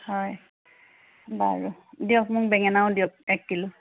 হয় বাৰু দিয়ক মোক বেঙেনাও দিয়ক এক কিলো